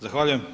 Zahvaljujem.